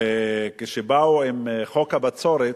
וכשבאו עם חוק הבצורת,